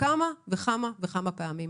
אלא כמה וכמה וכמה פעמים.